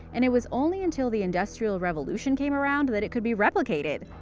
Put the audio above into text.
and it was only until the industrial revolution came around that it could be replicated.